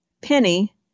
Penny